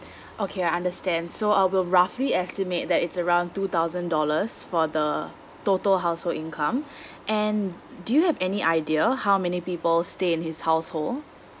okay I understand so uh we'll roughly estimate that it's around two thousand dollars for the total household income and do you have any idea how many people stay in his household